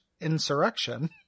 insurrection